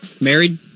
Married